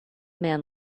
man